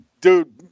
Dude